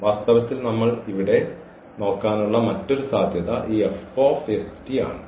വാസ്തവത്തിൽ നമ്മൾ ഇവിടെ നോക്കാനുള്ള മറ്റൊരു സാധ്യത ഈ ആണ്